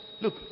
Look